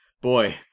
Boy